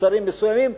מוצרים מסוימים,